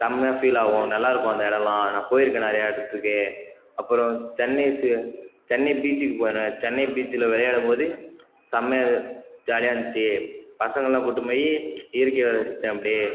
செம்மையா ஃபீல் ஆகும் நல்லாயிருக்கும் அந்த இடம்லாம் நான் போயிருக்கேன் நிறைய இடத்துக்கு அப்புறம் சென்னை ஸ் சென்னை பீச்சுக்கு போனேன் சென்னை பீச்சில் விளையாடும் போது செம்மையா ஜாலியாக இருந்துச்சு பசங்கள்லாம் கூட்டிபோயி இயற்கையை ரசித்தேன் அப்படியே